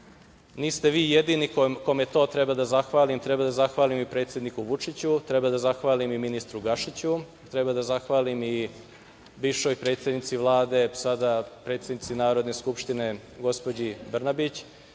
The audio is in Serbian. niste vi jedini kome to treba da zahvalim, treba da zahvalim i predsedniku Vučiću, treba da zahvalim i ministru Gašiću, treba da zahvalim i bivšoj predsednici Vlade, sada predsednici Narodne skupštine gospođi Brnabić,